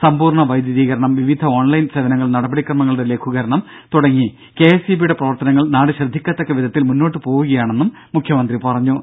സമ്പൂർണ വൈദ്യുതീകരണം വിവിധ ഓൺലൈൻ സേവനങ്ങൾ നടപടി ക്രമങ്ങളുടെ ലഘുകരണം തുടങ്ങി കെ എസ് ഇ ബി യുടെ പ്രവർത്തനങ്ങൾ നാട് ശ്രദ്ധിക്കത്തക്ക വിധത്തിൽ മുന്നോട്ട് പോകുകയാണെന്നും മുഖ്യമന്ത്രി പറഞ്ഞു